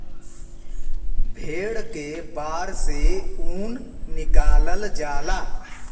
भेड़ के बार से ऊन निकालल जाला